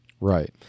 Right